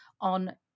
on